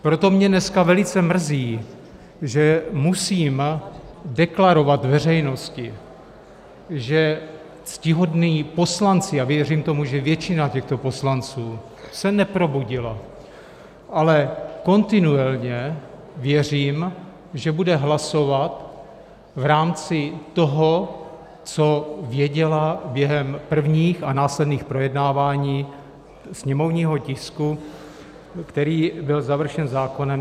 Proto mě dneska velice mrzí, že musím deklarovat veřejnosti, že ctihodní poslanci a věřím tomu, že většina těchto poslanců se neprobudila, ale kontinuálně věřím, že bude hlasovat v rámci toho, co věděla během prvních a následných projednávání sněmovního tisku, který byl završen zákonem 159/2020.